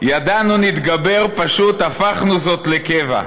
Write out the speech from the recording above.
ידענו נתגבר, פשוט / עשינו זאת לקבע,